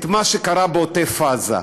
את מה שקרה בעוטף עזה,